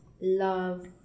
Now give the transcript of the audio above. love